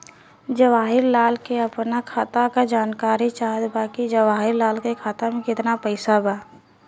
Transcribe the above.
जवाहिर लाल के अपना खाता का जानकारी चाहत बा की जवाहिर लाल के खाता में कितना पैसा बा?